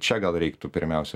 čia gal reiktų pirmiausia